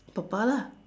papa lah